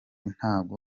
ntago